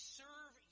serve